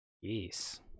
Yes